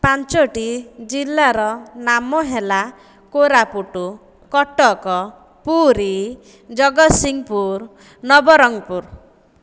ପାଞ୍ଚଟି ଜିଲ୍ଲାର ନାମ ହେଲା କୋରାପୁଟ କଟକ ପୁରୀ ଜଗତସିଂହପୁର ନବରଙ୍ଗପୁର